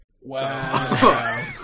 wow